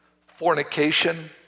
fornication